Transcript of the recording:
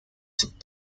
took